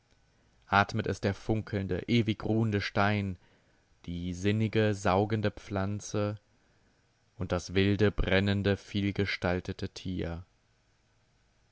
atmet es der funkelnde ewigruhende stein die sinnige saugende pflanze und das wilde brennende vielgestaltete tier